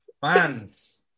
Fans